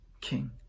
king